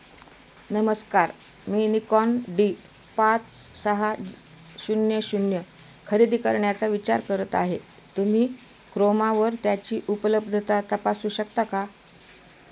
नमस्कार मी Nikon D पाच सहा शून्य शून्य खरेदी करण्याचा विचार करत आहे तुम्ही क्रोमावर त्याची उपलब्धता तपासू शकता का